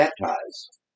baptized